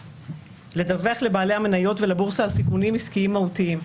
לדווח לבעלי המניות ולבורסה על סיכונים עסקיים מהותיים.